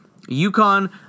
UConn